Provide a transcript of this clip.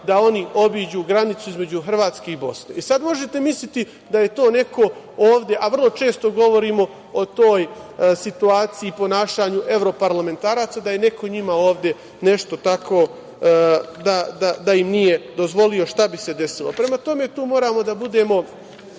da oni obiđu granicu između Hrvatske i Bosne. I sad, možete misliti da je to neko ovde, a vrlo često govorimo o toj situaciju i ponašanju evroparlamentaraca, da je neko njima ovde nešto tako uradio, da im nije dozvolio, šta bi se desilo. Prema tome, tu moramo da budemo